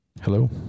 hello